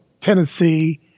Tennessee